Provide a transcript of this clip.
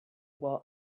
while